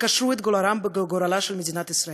שקשרו את גורלם בגורלה של מדינת ישראל.